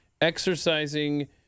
exercising